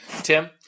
Tim